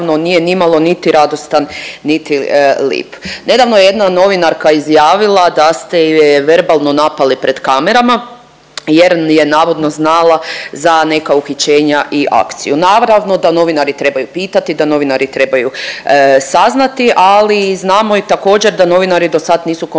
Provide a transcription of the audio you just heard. nije nimalo niti radostan, niti lip. Nedavno je jedna novinarka izjavila da ste ju verbalno napali pred kamerama jer je navodno znala za neka uhićenja i akciju. Naravno da novinari trebaju pitati, da novinari trebaju saznati, ali znamo i također da novinari dosad nisu kompromitirali